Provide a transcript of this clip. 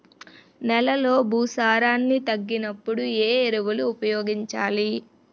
నెలలో భూసారాన్ని తగ్గినప్పుడు, ఏ ఎరువులు ఉపయోగించాలి?